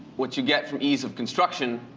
what you get from ease of construction